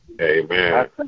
Amen